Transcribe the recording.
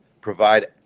provide